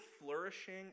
flourishing